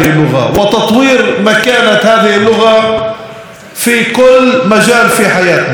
התפקיד שלנו אל מול חוק הלאום היהודי הוא לתפוס חזק,